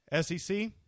SEC